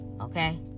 okay